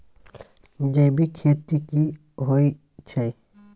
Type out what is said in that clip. जैविक खेती की होए छै?